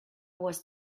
was